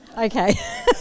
okay